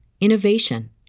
innovation